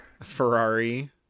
Ferrari